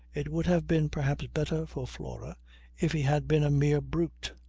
it would have been perhaps better for flora if he had been mere brute.